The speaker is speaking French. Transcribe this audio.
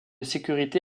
sécurité